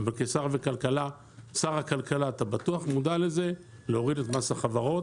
אבל כשר הכלכלה אתה בטוח מודע לזה זה להוריד את מס החברות,